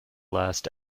last